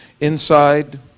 Inside